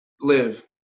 live